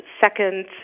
second